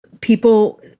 people